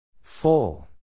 Full